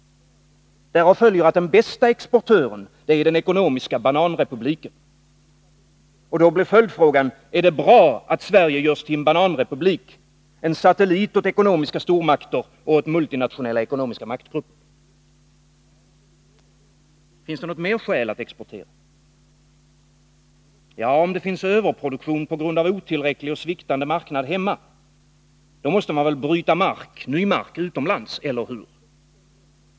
Därav följer att den bästa exportören är den ekonomiska bananrepubliken. Då blir följdfrågan: Är det bra att Sverige görs till en bananrepublik, en satellit åt ekonomiska stormakter och åt multinationella ekonomiska maktgrupper? Finns det något mer skäl att exportera? Ja, om det råder överproduktion på grund av otillräcklig och sviktande marknad hemma. Då måste man väl bryta ny mark utomlands, eller hur?